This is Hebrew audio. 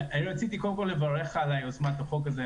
רציתי קודם כול לברך על יוזמת החוק הזאת.